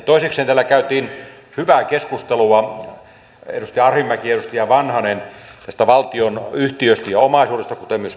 toisekseen täällä käytiin hyvää keskustelua edustaja arhinmäki edustaja vanhanen kuten myös pääministeri näistä valtion yhtiöistä ja omaisuudesta